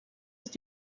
ist